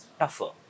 tougher